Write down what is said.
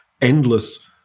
endless